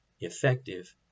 effective